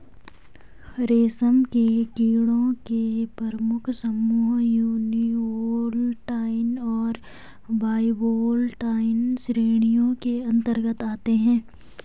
रेशम के कीड़ों के प्रमुख समूह यूनिवोल्टाइन और बाइवोल्टाइन श्रेणियों के अंतर्गत आते हैं